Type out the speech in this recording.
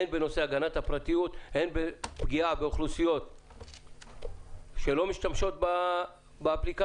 הן בנושא הגנת הפרטיות והן בפגיעה באוכלוסיות שלא משתמשות באפליקציות.